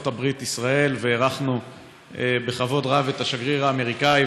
הברית ישראל ואירחנו בכבוד רב את השגריר האמריקאי.